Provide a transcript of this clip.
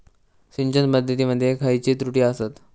सिंचन पद्धती मध्ये खयचे त्रुटी आसत?